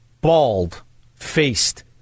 bald-faced